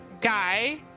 Guy